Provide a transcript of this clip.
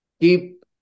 Keep